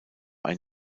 ein